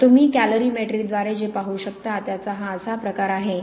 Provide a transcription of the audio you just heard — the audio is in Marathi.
तर तुम्ही कॅलरीमेट्रीद्वारे जे पाहू शकता त्याचा हा असा प्रकार आहे